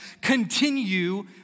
Continue